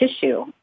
tissue